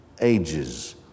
ages